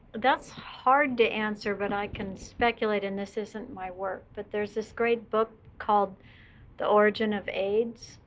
that's hard to answer, but i can speculate, and this isn't my work. but there is this great book called the origin of aids.